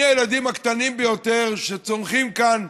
מהילדים הקטנים ביותר שצומחים כאן,